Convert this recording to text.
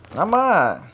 ஆமா:aamaa